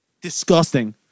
Disgusting